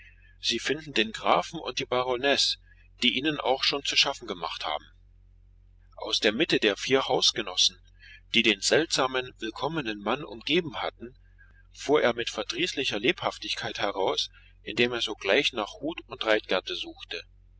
sie finden den grafen und die baronesse die ihnen auch schon zu schaffen gemacht haben aus der mitte der vier hausgenossen die den seltsamen willkommenen mann umgeben hatten fuhr er mit verdrießlicher lebhaftigkeit heraus indem er sogleich nach hut und reitgerte suchte